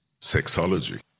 sexology